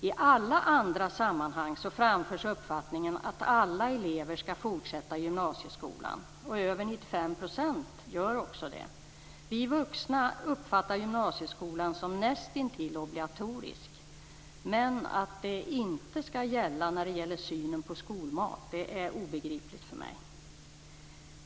I alla andra sammanhang framförs uppfattningen att alla elever skall fortsätta i gymnasieskolan. Över 95 % gör också det. Vi vuxna uppfattar gymnasieskolan som nästintill obligatorisk. Att det inte skall vara så när det gäller synen på skolmat är obegripligt för mig.